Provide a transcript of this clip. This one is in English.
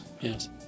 Yes